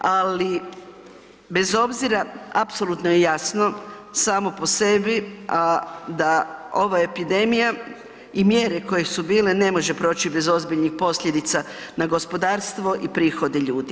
Ali bez obzira apsolutno je jasno samo po sebi, a da ova epidemija i mjere koje su bile ne može proći bez ozbiljnih posljedica na gospodarstvo i prihode ljudi.